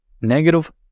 negative